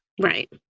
right